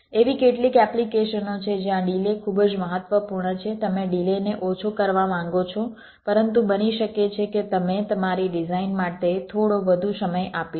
એવી કેટલીક એપ્લિકેશનો છે જ્યાં ડિલે ખૂબ જ મહત્વપૂર્ણ છે તમે ડિલેને ઓછો કરવા માંગો છો પરંતુ બની શકે છે કે તમે તમારી ડિઝાઇન માટે થોડો વધુ સમય આપી શકો